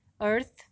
earth